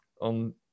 on